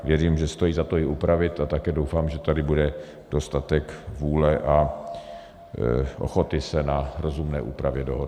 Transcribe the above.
Věřím, že stojí za to ji upravit, a také doufám, že tady bude dostatek vůle a ochoty se na rozumné úpravě dohodnout.